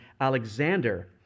Alexander